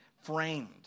framed